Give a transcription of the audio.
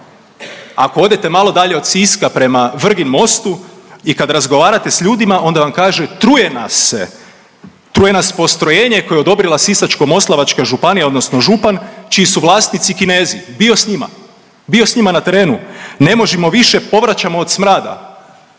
ako odete malo dalje od Siska prema Vrginmostu i kad razgovarate s ljudima onda vam kažu truje nas se. Truje nas postrojenje koje je odobrila Sisačko-moslavačka županija odnosno župan čiji su vlasnici Kinezi. Bio s njima, bio s njima na terenu, ne možemo više povraćamo od smrada.